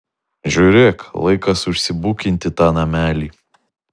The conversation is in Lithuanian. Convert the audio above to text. žiūrėk laikas užsibukinti tą namelį